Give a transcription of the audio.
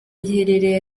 giherereye